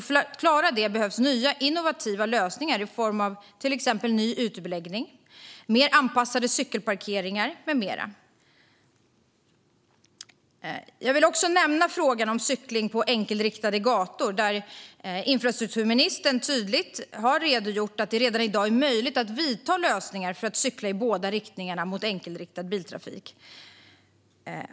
För att klara det behövs nya innovativa lösningar i form av till exempel ny ytbeläggning, mer anpassade cykelparkeringar med mera. Jag vill också nämna frågan om cykling på enkelriktade gator. Infrastrukturministern har tydligt redogjort att det redan i dag är möjligt att vidta åtgärder för att man ska få cykla i båda riktningarna, även mot enkelriktad biltrafik.